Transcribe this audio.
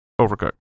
Overcooked